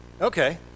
Okay